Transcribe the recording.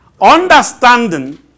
Understanding